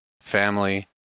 family